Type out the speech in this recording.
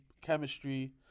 chemistry